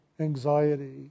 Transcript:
Anxiety